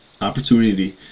opportunity